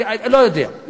אני לא יודע,